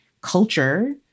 culture